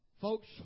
Folks